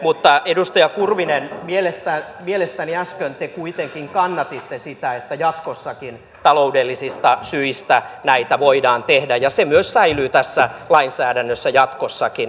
mutta edustaja kurvinen mielestäni äsken te kuitenkin kannatitte sitä että jatkossakin taloudellisista syistä näitä voidaan tehdä ja se myös säilyy tässä lainsäädännössä jatkossa